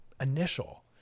initial